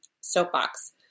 soapbox